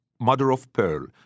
mother-of-pearl